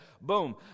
boom